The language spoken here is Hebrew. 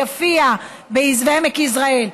יפיע ועמק יזרעאל,